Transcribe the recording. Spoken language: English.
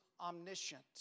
omniscient